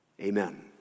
Amen